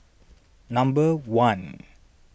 number one